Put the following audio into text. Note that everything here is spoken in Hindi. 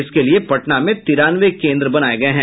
इसके लिये पटना में तिरानवे केंद्र बनाये गये हैं